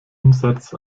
umsatz